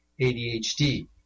ADHD